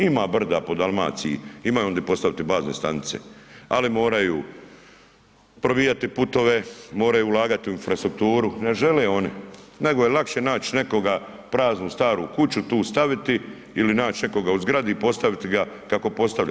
Ima brda po Dalmaciji imaju oni di postaviti bazne stanice, ali moraju probijati putove, moraju ulagati u infrastrukturu, ne žele oni nego je lakše naći nekoga praznu staru kuću tu staviti ili naći nekoga u zgradi i postaviti kako postavlja.